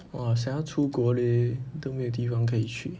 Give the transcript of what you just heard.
我想要出国 leh 都没有地方可以去